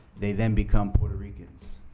they then become puerto ricans.